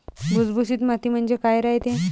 भुसभुशीत माती म्हणजे काय रायते?